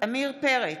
עמיר פרץ,